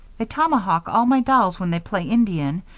they tomahawk all my dolls when they play indian,